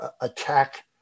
attack